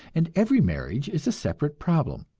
and every marriage is a separate problem.